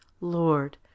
Lord